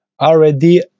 Already